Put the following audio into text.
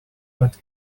but